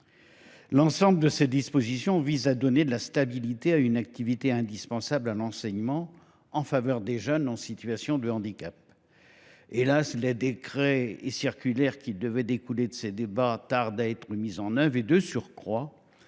L’ensemble de ces dispositions vise à donner de la stabilité à une activité indispensable à l’enseignement en faveur des jeunes en situation de handicap. Hélas ! les décrets et circulaires qui devraient découler de nos débats et décisions parlementaires